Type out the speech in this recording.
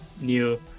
new